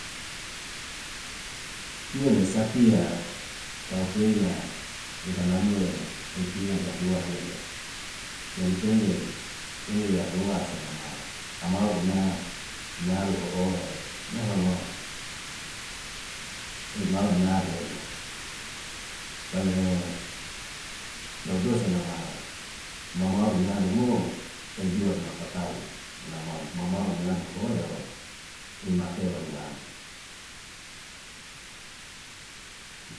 Yele sapia kau beya eha nalue ek tina yaklua hiale selu peye, peye adua senama amau ina nalo hoho ne hono. Ek mau niale pay dao do senama mamau ina lo mo ek lua imak tatahu namau mamau ina alu hoe ima tewa inama.